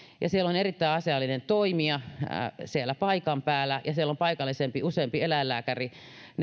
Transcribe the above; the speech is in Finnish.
ja siellä on erittäin asiallinen toimija paikan päällä ja siellä on useampi paikallinen eläinlääkäri